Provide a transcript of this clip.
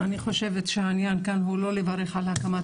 אני חושבת שהעניין כאן הוא לא לברך על הקמת